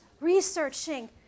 researching